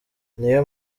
niyo